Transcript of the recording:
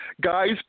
Guys